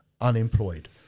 unemployed